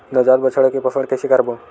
नवजात बछड़ा के पोषण कइसे करबो?